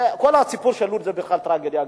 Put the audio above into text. כל הסיפור של לוד זה בכלל טרגדיה גדולה.